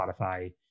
Spotify